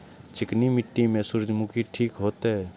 चिकनी मिट्टी में सूर्यमुखी ठीक होते?